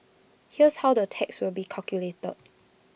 here's how the tax will be calculated